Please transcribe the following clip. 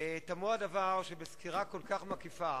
תמוה הדבר שבסקירה כל כך מקיפה,